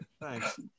thanks